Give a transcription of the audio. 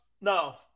No